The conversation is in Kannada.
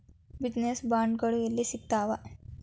ಬಿಜಿನೆಸ್ ಬಾಂಡ್ಗಳು ಯೆಲ್ಲಿ ಸಿಗ್ತಾವ?